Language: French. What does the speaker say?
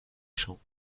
champs